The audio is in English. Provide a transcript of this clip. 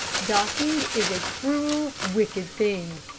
docking is a cruel, wicked thing.